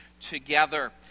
together